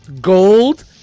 gold